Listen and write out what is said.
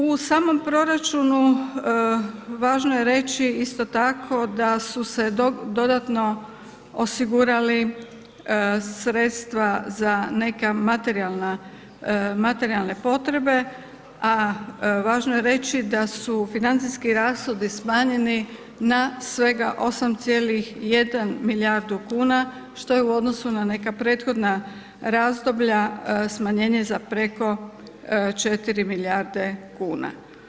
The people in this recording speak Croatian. U samom proračunu važno je reći isto tako da su se dodatno osigurali sredstva za neke materijalne potrebe a važno je reći da su financijski rashodi smanjeni na svega 8,1 milijardu kuna što je u odnosu na neka prethodna razdoblja, smanjenje za preko 4 milijarde kuna.